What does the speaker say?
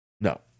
No